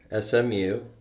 SMU